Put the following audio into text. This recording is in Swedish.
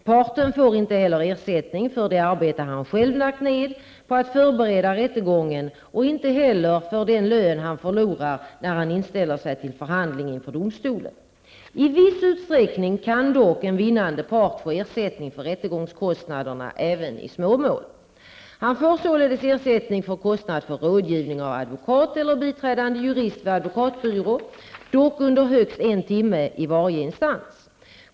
Parten får inte heller ersättning för det arbete han själv lagt ned på att förbereda rättegången och inte heller för den lön han förlorar när han inställer sig till förhandling inför domstolen. I viss utsträckning kan dock en vinnande part få ersättning för rättegångskostnader även i småmål. Han får således ersättning för kostnad för rådgivning av advokat eller biträdande jurist vid advokatbyrå, dock under högst en timme i varje instans.